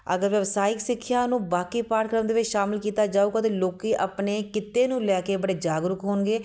ਅਗਰ ਵਿਵਸਾਇਕ ਸਿੱਖਿਆ ਨੂੰ ਬਾਕੀ ਪਾਠਕ੍ਰਮ ਦੇ ਵਿੱਚ ਸ਼ਾਮਿਲ ਕੀਤਾ ਜਾਊਗਾ ਤਾਂ ਲੋਕ ਆਪਣੇ ਕਿੱਤੇ ਨੂੰ ਲੈ ਕੇ ਬੜੇ ਜਾਗਰੂਕ ਹੋਣਗੇ